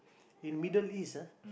in Middle-East ah